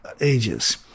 ages